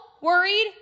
worried